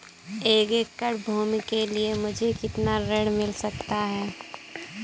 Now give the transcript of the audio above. एक एकड़ भूमि के लिए मुझे कितना ऋण मिल सकता है?